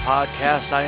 Podcast